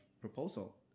proposal